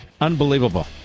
Unbelievable